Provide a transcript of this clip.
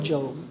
Job